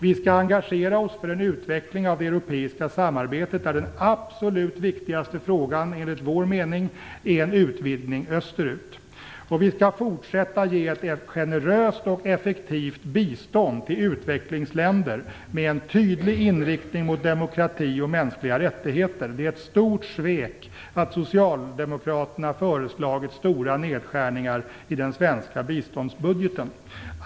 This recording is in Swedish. Vi skall engagera oss för en utveckling av det europeiska samarbetet, där den absolut viktigaste frågan, enligt vår mening, är en utvidgning österut. Vi skall fortsätta att ge ett generöst och effektivt bistånd till utvecklingsländer med en tydlig inriktning mot demokrati och mänskliga rättigheter. Det är ett stort svek att Socialdemokraterna har föreslagit stora nedskärningar i den svenska biståndsbudgeten.